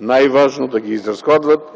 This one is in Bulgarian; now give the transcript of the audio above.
най-важно да ги изразходват.